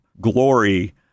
glory